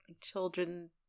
children